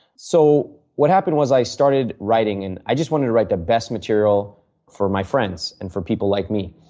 so, what happened was i started writing and i just wanted to write the best material for my friends and for people like me.